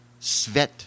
Svet